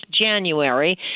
January